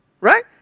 right